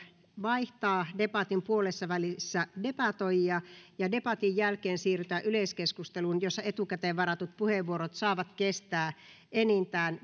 vaihtaa debatin puolessavälissä debatoijia ja debatin jälkeen siirrytään yleiskeskusteluun jossa etukäteen varatut puheenvuorot saavat kestää enintään